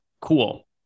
cool